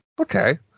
Okay